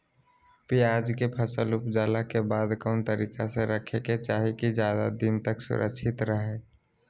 प्याज के फसल ऊपजला के बाद कौन तरीका से रखे के चाही की ज्यादा दिन तक सुरक्षित रहय?